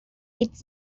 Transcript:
its